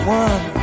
one